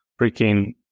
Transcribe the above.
freaking